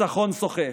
ניצחון סוחף.